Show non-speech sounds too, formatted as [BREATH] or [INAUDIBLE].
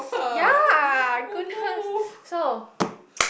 ya goodness [BREATH] so [BREATH]